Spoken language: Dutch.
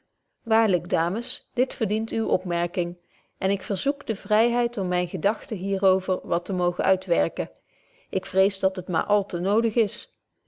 waarlyk dames dit verdient uwe opmerking en ik verzoek de vryheid om myne gedagten hier over wat te mogen uitwerken ik vrees dat het maar al te nodig is